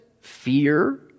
fear